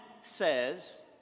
says